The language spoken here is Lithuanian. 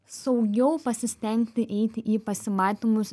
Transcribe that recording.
saugiau pasistengti eiti į pasimatymus